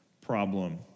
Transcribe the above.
problem